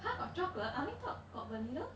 !huh! got chocolate I only thought got vanilla